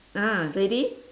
ah ready